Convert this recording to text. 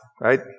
right